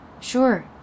Sure